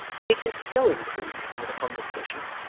kit is so improved by the conversation,